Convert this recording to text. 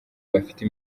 gafite